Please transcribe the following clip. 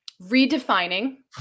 redefining